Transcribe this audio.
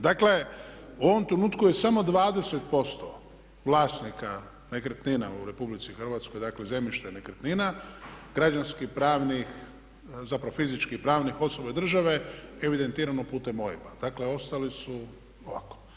Dakle, u ovom trenutku je samo 20% vlasnika nekretnina u RH dakle zemljište nekretnina, građevinskih pravnih, znači fizičkih i pravnih osoba države evidentirano putem OIB-a, dakle, ostali su ovako.